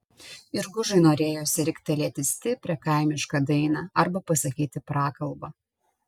ir gužui norėjosi riktelėti stiprią kaimišką dainą arba pasakyti prakalbą